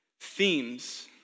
themes